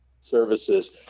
services